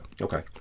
Okay